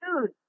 food